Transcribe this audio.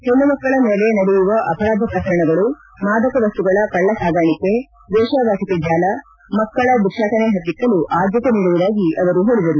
ಹೆಣ್ಣುಮಕ್ಕಳ ಮೇಲೆ ನಡೆಯುವ ಅಪರಾಧ ಪ್ರಕರಣಗಳು ಮಾದಕ ವಸ್ತುಗಳ ಕಳ್ಳಸಾಗಾಣಿಕೆ ವೇಶ್ವಾವಾಟಕೆ ಜಾಲ ಮಕ್ಕಳ ಭಿಕ್ಷಾಟನೆ ಹತ್ತಿಕ್ಕಲು ಆದ್ಯತೆ ನೀಡುವುದಾಗಿ ಅವರು ಹೇಳಿದರು